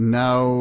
now